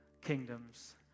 kingdoms